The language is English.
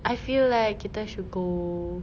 I feel like kita should go